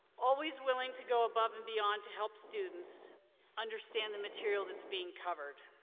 always willing to go above and beyond to help students understand the material that's being covered.